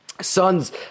sons